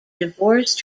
divorced